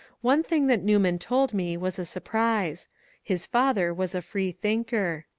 one thing that newman told me was a surprise his father was a freethinker.